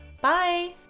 bye